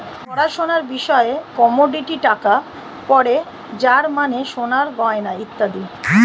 পড়াশোনার বিষয়ে কমোডিটি টাকা পড়ে যার মানে সোনার গয়না ইত্যাদি